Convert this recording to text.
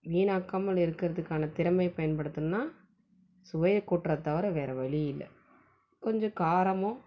வீணாக்காமல் இருக்கிறத்துக்கான திறமையை பயன்படுத்தணும்னா சுவையை கூட்றதை தவிர வேறு வழி இல்லை கொஞ்சம் காரமும்